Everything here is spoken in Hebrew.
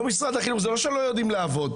לא משרד החינוך, זה לא שהם לא יודעים לעבוד.